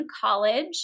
college